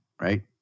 right